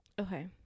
Okay